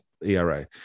ERA